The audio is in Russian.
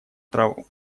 траву